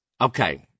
Okay